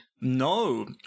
No